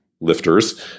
lifters